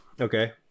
Okay